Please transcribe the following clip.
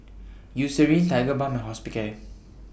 Eucerin Tigerbalm and Hospicare